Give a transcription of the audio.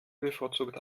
bevorzugt